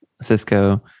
Cisco